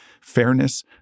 fairness